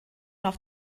auch